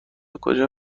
کجا